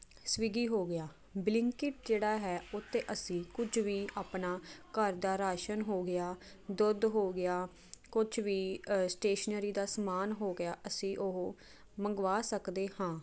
Swiggy ਹੋ ਗਿਆ ਬਲਿੰਕਇਟ ਜਿਹੜਾ ਹੈ ਉਹ 'ਤੇ ਅਸੀਂ ਕੁਝ ਵੀ ਆਪਣਾ ਘਰ ਦਾ ਰਾਸ਼ਨ ਹੋ ਗਿਆ ਦੁੱਧ ਹੋ ਗਿਆ ਕੁਛ ਵੀ ਸਟੇਸ਼ਨਰੀ ਦਾ ਸਮਾਨ ਹੋ ਗਿਆ ਅਸੀਂ ਉਹ ਮੰਗਵਾ ਸਕਦੇ ਹਾਂ